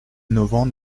innovant